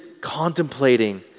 contemplating